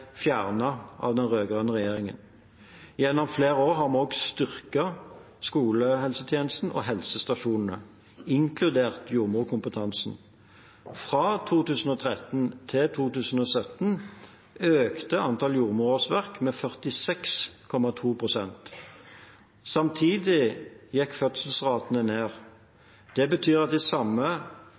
av den rød-grønne regjeringen. Gjennom flere år har vi også styrket skolehelsetjenesten og helsestasjonene, inkludert jordmorkompetansen. Fra 2013 til 2017 økte antall jordmorårsverk med 46,2 pst. Samtidig gikk fødselsratene ned. Det betyr at vi i samme